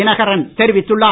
தினகரன் தெரிவித்துள்ளார்